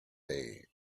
day